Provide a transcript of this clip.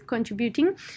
contributing